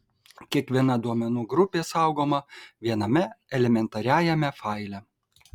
kiekviena duomenų grupė saugoma viename elementariajame faile